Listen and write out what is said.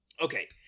Okay